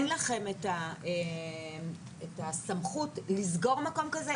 כמשרד החקלאות אין לכם את הסמכות לסגור מקום כזה?